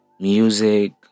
music